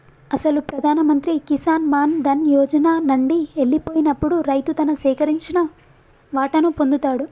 అసలు ప్రధాన మంత్రి కిసాన్ మాన్ ధన్ యోజన నండి ఎల్లిపోయినప్పుడు రైతు తను సేకరించిన వాటాను పొందుతాడు